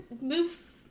move